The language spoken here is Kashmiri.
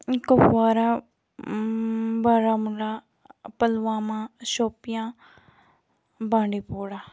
کپوارہ بارہمولہ پُلوامہ شُپیان بانڈی پورہ